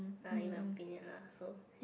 uh in my opinion lah so